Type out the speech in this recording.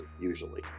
usually